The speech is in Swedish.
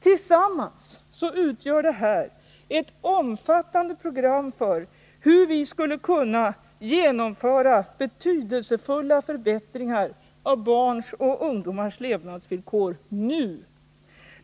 Tillsammans utgör det här ett omfattande program för hur vi skulle kunna genomföra betydelsefulla förbättringar av barns och ungdomars levnadsvillkor nu.